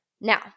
Now